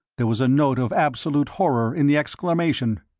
there was a note of absolute horror in the exclamation.